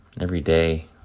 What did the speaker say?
everyday